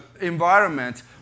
environment